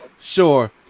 sure